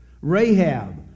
Rahab